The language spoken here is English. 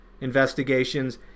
investigations